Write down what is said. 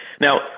Now